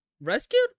rescued